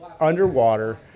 underwater